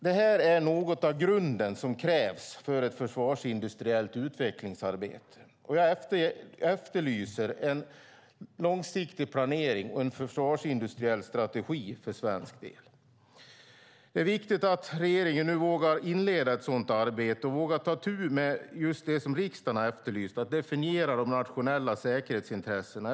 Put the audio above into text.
Det här är något av den grund som krävs för ett försvarsindustriellt utvecklingsarbete. Jag efterlyser en långsiktig planering och en försvarsindustriell strategi för svensk del. Det är viktigt att regeringen nu vågar inleda ett sådant arbete och vågar ta itu med just det som riksdagen har efterlyst, att definiera de nationella säkerhetsintressena.